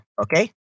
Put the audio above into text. okay